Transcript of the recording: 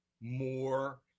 more